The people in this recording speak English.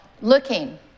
Looking